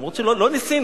אף-על-פי שלא ניסינו.